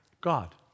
God